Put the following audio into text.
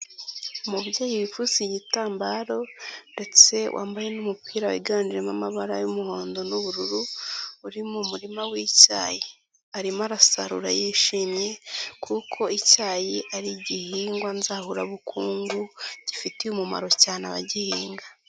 Umubyeyi wifuza igitambaro ndetse wambaye n'umupira wiganjemo amabara y'umuhondo n'ubururu, uri mu murima w'icyayi. Arimo arasarura yishimye kuko icyayi ari igihingwa nzahurabukungu, gifitiye umumaro cyane abagihinga.